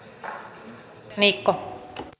arvoisa rouva puhemies